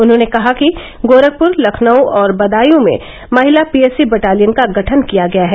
उन्होंने कहा कि गोरखपुर लखनऊ और बदायूं में महिला पीएसी बटालियन का गठन किया गया है